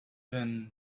been